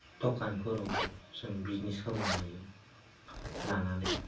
दखानफोराव जों बिजनेस खालामनो हायो लानानै